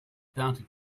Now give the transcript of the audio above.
bounty